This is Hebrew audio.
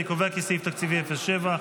אני קובע כי סעיף תקציבי 07,